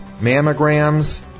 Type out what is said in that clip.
mammograms